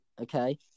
okay